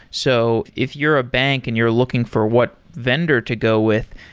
so if you're a bank and you're looking for what vendor to go with,